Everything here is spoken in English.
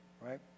Right